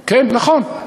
כן, נכון.